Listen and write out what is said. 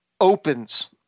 opens